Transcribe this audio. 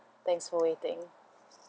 thanks for waiting